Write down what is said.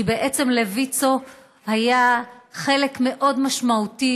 כי בעצם לוויצ"ו היה חלק מאוד משמעותי